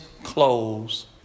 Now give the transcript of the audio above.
clothes